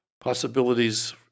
possibilities